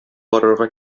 барырга